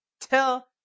till